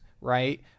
right